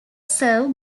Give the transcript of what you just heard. serve